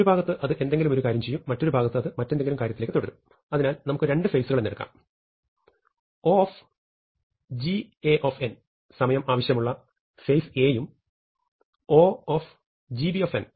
ഒരു ഭാഗത്ത് അത് എന്തെങ്കിലും ഒരു കാര്യം ചെയ്യും മറ്റൊരു ഭാഗത്ത് അത് മറ്റെന്തെങ്കിലും കാര്യത്തിലേക്ക് തുടരും അതിനാൽ നമുക്ക് രണ്ടു ഫേസുകൾ എന്നെടുക്കാം OgA സമയം ആവശ്യമുള്ള ഫേസ് A യും OgB സമയം ആവശ്യമുള്ള ഫേസ് B യും